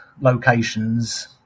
locations